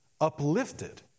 uplifted